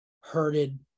herded